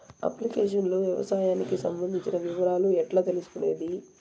Application లో వ్యవసాయానికి సంబంధించిన వివరాలు ఎట్లా తెలుసుకొనేది?